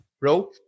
bro